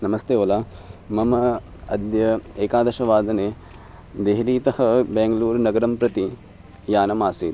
नमस्ते ओला मम अद्य एकादश वादने देहलीतः ब्याङ्ग्लूरनगरं प्रति यानमासीत्